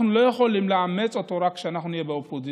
אנחנו לא יכולים לאמץ אותו רק כשאנחנו נהיה באופוזיציה,